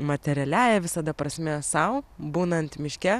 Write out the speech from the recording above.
materialiąja visada prasme sau būnant miške